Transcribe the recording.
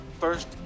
first